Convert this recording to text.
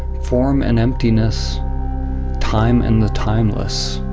form and emptiness time and the timeless.